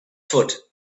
foot